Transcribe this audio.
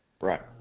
Right